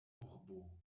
urbo